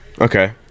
Okay